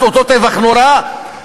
את אותו טבח נורא,